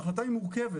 ההחלטה היא מורכבת,